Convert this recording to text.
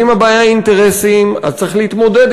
ואם הבעיה היא אינטרסים אז צריך להתמודד